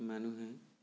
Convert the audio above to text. মানুহে